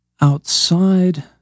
outside